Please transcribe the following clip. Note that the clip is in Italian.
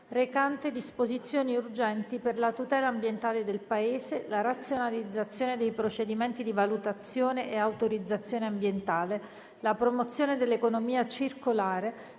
recante disposizioni urgenti per la tutela ambientale del Paese, la razionalizzazione dei procedimenti di valutazione e autorizzazione ambientale, la promozione dell'economia circolare,